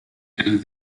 and